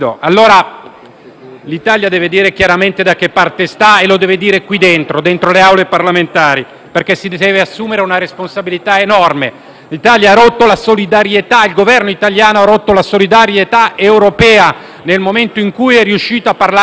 L'Italia deve dire chiaramente da che parte sta e lo deve dire qui dentro, dentro le Aule parlamentari, perché si deve assumere una responsabilità enorme. L'Italia, con questo Governo, ha rotto la solidarietà europea, nel momento in cui è riuscita a parlare con una voce sola.